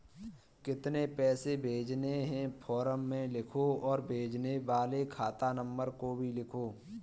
कितने पैसे भेजने हैं फॉर्म में लिखो और भेजने वाले खाता नंबर को भी लिखो